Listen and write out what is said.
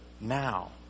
now